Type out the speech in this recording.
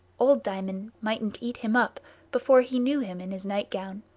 old diamond mightn't eat him up before he knew him in his night-gown.